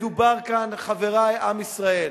מדובר כאן, חברי עם ישראל,